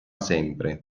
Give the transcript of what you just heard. sempre